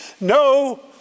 no